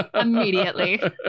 immediately